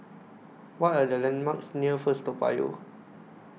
What Are The landmarks near First Toa Payoh